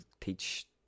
teach